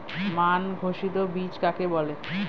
মান ঘোষিত বীজ কাকে বলে?